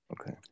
Okay